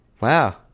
wow